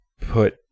put